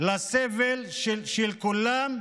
לסבל של כולם,